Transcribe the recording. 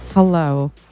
Hello